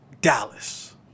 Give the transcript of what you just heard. Dallas